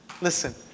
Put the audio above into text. Listen